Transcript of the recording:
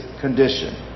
condition